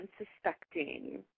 unsuspecting